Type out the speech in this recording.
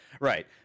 right